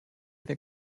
that